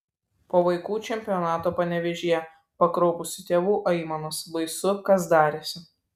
po vaikų čempionato panevėžyje pakraupusių tėvų aimanos baisu kas darėsi